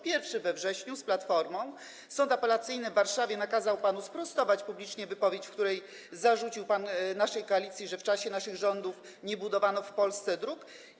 Pierwszy we wrześniu z Platformą, gdy Sąd Apelacyjny w Warszawie nakazał panu sprostować publicznie wypowiedź, w której zarzucił pan naszej koalicji, że w czasie naszych rządów nie budowano w Polsce dróg.